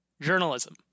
journalism